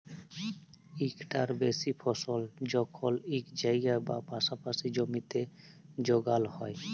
ইকটার বেশি ফসল যখল ইক জায়গায় বা পাসাপাসি জমিতে যগাল হ্যয়